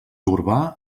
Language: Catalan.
urbà